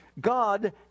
God